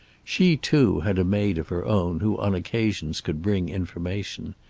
she too had a maid of her own who on occasions could bring information.